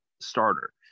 starter